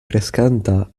kreskanta